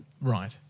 Right